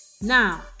Now